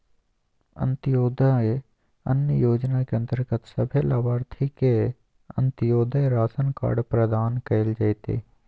अंत्योदय अन्न योजना के अंतर्गत सभे लाभार्थि के अंत्योदय राशन कार्ड प्रदान कइल जयतै